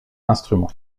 instrument